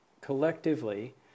Collectively